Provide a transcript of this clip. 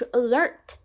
alert